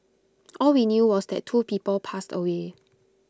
all we knew was that two people passed away